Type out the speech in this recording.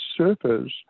surfers